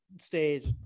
stage